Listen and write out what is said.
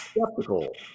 skeptical